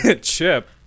Chip